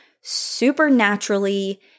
supernaturally